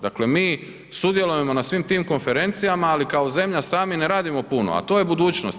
Dakle, mi sudjelujemo na svim tim konferencijama, ali kao zemlja sami ne radimo puno, a to je budućnost.